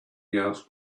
heard